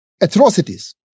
atrocities